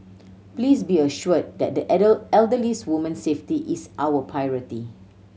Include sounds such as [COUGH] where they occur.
please be assured that the [UNINTELLIGIBLE] elderly woman's safety is our priority